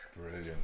Brilliant